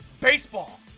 Baseball